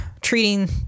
treating